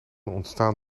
ontstaan